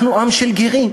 אנחנו עם של גרים,